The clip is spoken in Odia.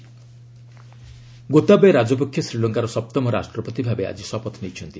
ଏସ୍ଏଲ୍ ସେରିମନି ଗୋତାବୟେ ରାଜପକ୍ଷେ ଶ୍ରୀଲଙ୍କାର ସପ୍ତମ ରାଷ୍ଟ୍ରପତି ଭାବେ ଆଜି ଶପଥ ନେଇଛନ୍ତି